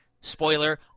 Spoiler